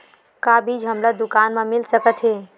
का बीज हमला दुकान म मिल सकत हे?